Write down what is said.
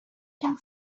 can